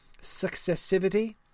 successivity